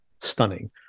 stunning